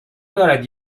دارد